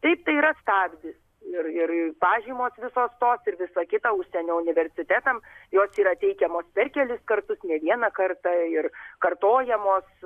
taip tai yra stabdis ir ir pažymos visos tos ir visa kita užsienio universitetams jos yra teikiamos per kelis kartus ne vieną kartą ir kartojamos